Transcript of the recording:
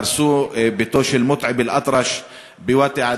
הרסו את ביתו של מוטעב אלאטרש בוואדי-עתיר,